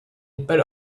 but